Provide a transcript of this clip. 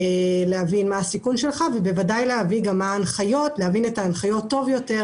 להבין מה הסיכון שלך ובוודאי להבין את ההנחיות טוב יותר,